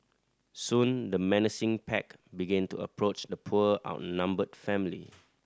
soon the menacing pack begin to approach the poor outnumbered family